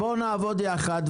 בואו נעבוד יחד,